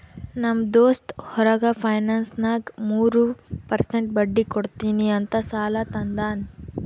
ನಮ್ ದೋಸ್ತ್ ಹೊರಗ ಫೈನಾನ್ಸ್ನಾಗ್ ಮೂರ್ ಪರ್ಸೆಂಟ್ ಬಡ್ಡಿ ಕೊಡ್ತೀನಿ ಅಂತ್ ಸಾಲಾ ತಂದಾನ್